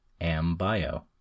ambio